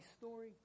story